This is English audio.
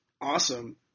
awesome